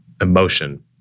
emotion